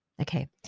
Okay